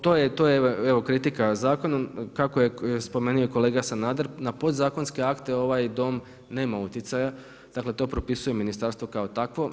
To je evo kritika zakonu, kako je spomenuo kolega Sanader, na podzakonske akte ovaj Dom nema utjecaja, dakle to prepisujem ministarstvu kao takvom.